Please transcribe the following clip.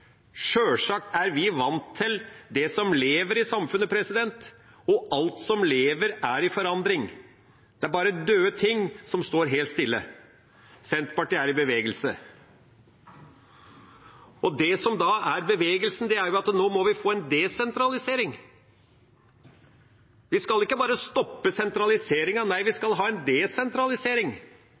Sjølsagt er vi vant til det som lever i samfunnet, og alt som lever, er i forandring. Det er bare døde ting som står helt stille. Senterpartiet er i bevegelse, og det som er bevegelsen, er at vi nå må få en desentralisering. Vi skal ikke bare stoppe sentraliseringen – nei, vi skal ha en desentralisering.